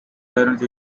hurricane